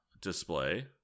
display